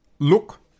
look